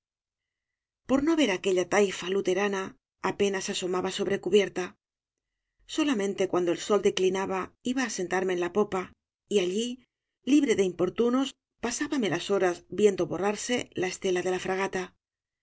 por no ver aquella taifa luterana apenas asomaba sobre cubierta solamente cuando el sol declinaba iba á sentarme en la popa y allí libre de importunos pasábame las horas viendo borrarse la estela de la fragata